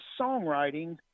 songwriting